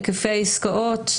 היקפי העסקאות,